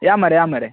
या मरे या मरे